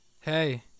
hey